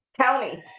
county